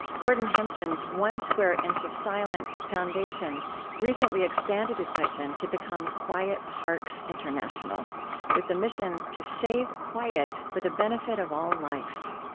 gordon hempton's one square inch of silence foundation recently expanded its mission to become quiet parks international with the mission to save quiet for the benefit of all life.